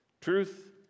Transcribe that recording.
Truth